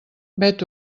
vet